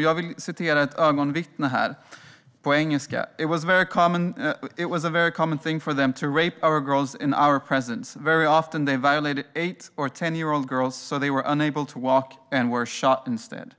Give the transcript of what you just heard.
Jag vill citera ett ögonvittne, på engelska: It was a very common thing for them to rape our girls in our presence. Very often they violated eight or ten-year-old girls so that they were unable to walk and were shot instead.